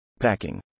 Packing